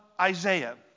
Isaiah